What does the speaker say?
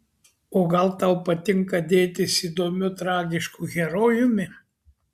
o gal tau patinka dėtis įdomiu tragišku herojumi